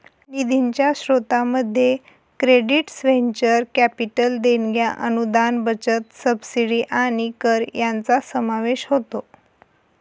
निधीच्या स्त्रोतांमध्ये credits venture capital देणग्या अनुदान बचत सबसिडी आणि कर यांचा समावेश होतो